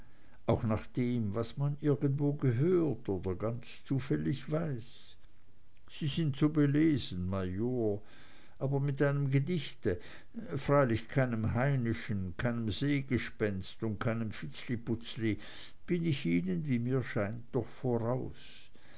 auch nach dem was man irgendwo gehört oder ganz zufällig weiß sie sind so belesen major aber mit einem gedicht freilich keinem heineschen keinem seegespenst und keinem vitzliputzli bin ich ihnen wie mir scheint doch voraus